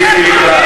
חיליק.